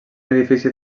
edifici